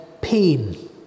pain